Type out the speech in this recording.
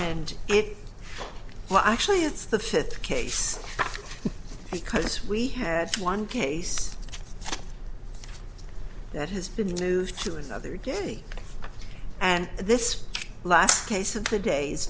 and it well actually it's the fifth case because we had one case that has been moved to another day and this last case and today's